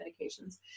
medications